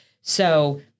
So-